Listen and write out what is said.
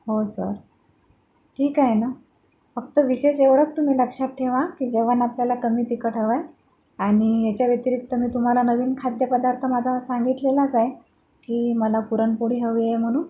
हो सर ठीक आहे ना फक्त विशेष एवढंच तुम्ही लक्षात ठेवा की जेवण आपल्याला कमी तिखट हवं आहे आणि याच्या व्यतिरिक्त मी तुम्हाला नवीन खाद्यपदार्थ माझा सांगितलेलाच आहे की मला पुरण पोळी हवी आहे म्हणून